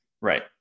Right